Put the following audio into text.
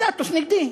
סטטוס נגדי.